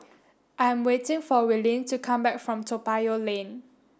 I am waiting for Willene to come back from Toa Payoh Lane